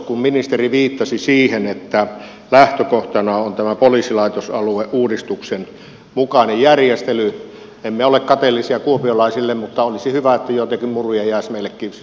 kun ministeri viittasi siihen että lähtökohtana on tämä poliisilaitosalueuudistuksen mukainen järjestely emme ole kateellisia kuopiolaisille mutta olisi hyvä että joitakin muruja jäisi meillekin sinne pohjois karjalaan